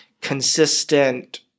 consistent